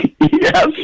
yes